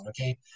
Okay